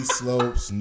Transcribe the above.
slopes